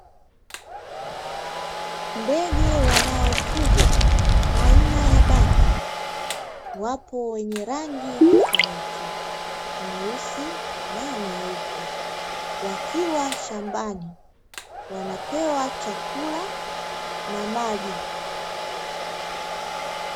Ndege wanaofugwa aina ya bata, wapo wenye rangi tofauti nyeusi na nyeupe, wakiwa shambani wanapewa chakula na maji.